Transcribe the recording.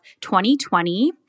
2020